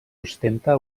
ostenta